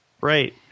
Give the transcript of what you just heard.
Right